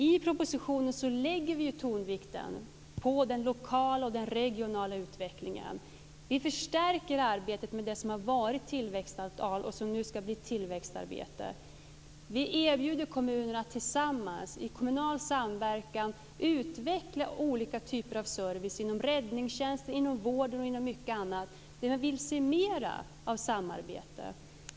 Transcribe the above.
I propositionen lägger vi tonvikten på den lokala och regionala utvecklingen. Vi förstärker arbetet med det som har varit tillväxtavtal och som nu ska bli tillväxtarbete. Vi erbjuder kommunerna tillsammans i kommunal samverkan att utveckla olika typer av service inom räddningstjänst, inom vården och mycket annat där vi vill se mera av samarbete.